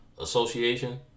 association